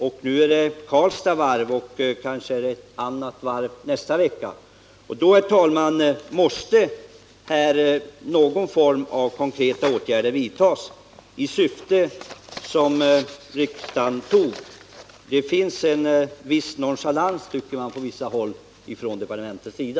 Nu gäller det Karlstads Varv, och nästa vecka är det kanske fråga om ett anrat varv. Därför måste någon form av konkreta åtgärder vidtas i överensstämmelse med riksdagens beslut. Jag tycker att det här visas en viss nonchalans från departementets sida.